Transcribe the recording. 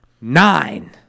nine